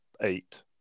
eight